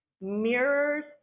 mirrors